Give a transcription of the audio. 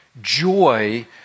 joy